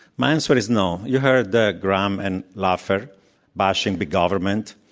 my answer but is no. you heard the gramm and laffer bashing the government.